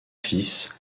fils